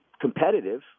competitive